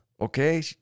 Okay